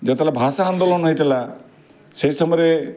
ଯେତେବେଳେ ଭାଷା ଆନ୍ଦୋଳନ ହେଇଥିଲା ସେଇ ସମୟରେ